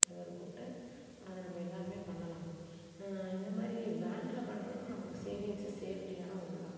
அது ஒரு குட்டை அதை நம்ம எல்லாருமே பண்ணலாம் இந்த மாதிரி பேங்கில் பண்ணுறதும் நமக்கு சேவிங்க்ஸு சேஃப்ட்டியான ஒன்றுதான்